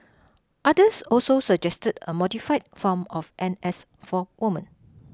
others also suggested a modified form of N S for women